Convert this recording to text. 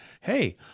hey